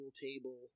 table